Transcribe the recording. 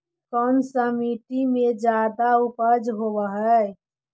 कोन सा मिट्टी मे ज्यादा उपज होबहय?